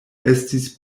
estis